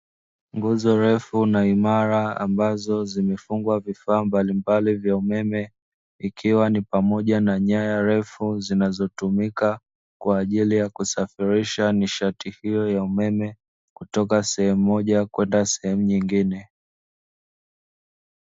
Nguzo refu na imara, ambazo zimefungwa vifaa mbalimbali vya umeme, ikiwa ni pamoja na nyaya refu zinazotumika kwa ajili ya kusafirisha nishati hiyo ya umeme, kutoka sehemu moja kwenda sehemu nyingine.